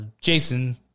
Jason